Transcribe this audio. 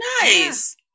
Nice